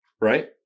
right